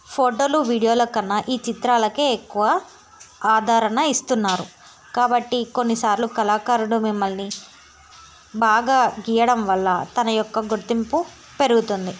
ఫోటోలు వీడియోల కన్నా ఈ చిత్రాలకు ఎక్కువ ఆదరణ ఇస్తున్నారు కాబట్టి కొన్నిసార్లు కళాకారుడు మిమ్మల్ని బాగా గీయడం వల్ల తన యొక్క గుర్తింపు పెరుగుతుంది